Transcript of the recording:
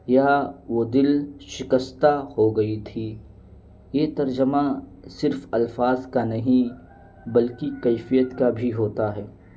یا وہ دل شکستستہ ہو گئی تھی یہ ترجمہ صرف الفاظ کا نہیں بلکہ کیفیت کا بھی ہوتا ہے